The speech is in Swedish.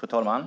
Fru talman!